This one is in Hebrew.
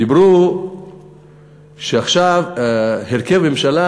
דיברו שעכשיו בהרכב הממשלה